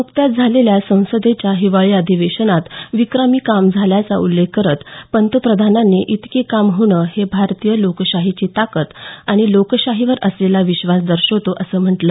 न्कत्याच झालेल्या संसदेच्या हिवाळी अधिवेशनात विक्रमी काम झाल्याचा उल्लेख करत पंतप्रधानांनी इतकं काम होणं हे भारतीय लोकशाहीची ताकत आणि लोकशाहीवर असलेला विश्वास दर्शवतो असं म्हटलं